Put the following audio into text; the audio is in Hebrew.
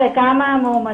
כל גורמי מקצוע היו מעורבים,